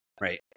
Right